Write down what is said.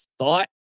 thought